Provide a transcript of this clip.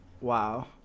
Wow